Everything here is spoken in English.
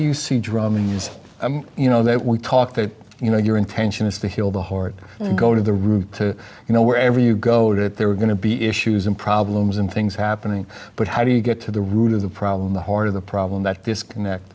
you see drumming i'm you know that we talk that you know your intention is to heal the heart and go to the root to you know wherever you go that there are going to be issues and problems and things happening but how do you get to the root of the problem the heart of the problem that disconnect